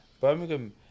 Birmingham